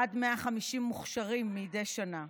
עד 150 מוכשרים מדי שנה.